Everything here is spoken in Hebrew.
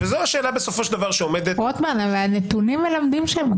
רוטמן, הנתונים מלמדים.